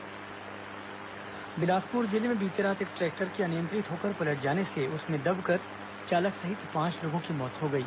दुर्घटना बिलासपुर जिले में बीती रात एक ट्रैक्टर के अनियंत्रित होकर पलट जाने से उसमें दबकर चालक सहित पांच लोगों की मौत हो गई